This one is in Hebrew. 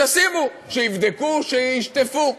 תשימו, שיבדקו, שישטפו.